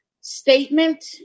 Statement